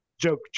joke